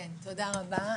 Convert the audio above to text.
תודה רבה.